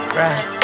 right